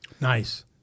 Nice